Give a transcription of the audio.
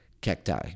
Cacti